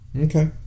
Okay